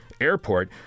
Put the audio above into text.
airport